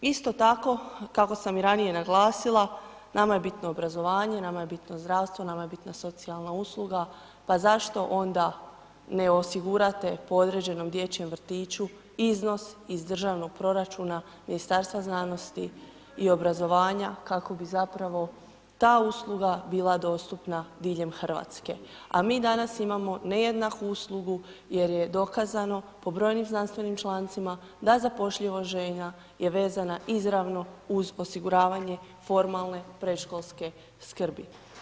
Isto tako kako sam i ranije naglasila, nama je bitno obrazovanje, nama je bitno zdravstvo, nama je bitna socijalna usluga, pa zašto onda ne osigurate po određenom dječjem vrtiću iznos iz državnog proračuna Ministarstva znanosti i obrazovanja, kako bi zapravo ta usluga bila dostupna diljem RH, a mi danas imamo nejednaku uslugu jer je dokazano po brojnim znanstvenim člancima da zapošljivost žena je vezana izravno uz osiguravanje formalne predškolske skrbi.